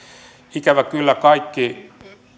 ikävä kyllä kaikki